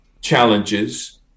challenges